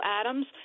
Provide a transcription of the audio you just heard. Adams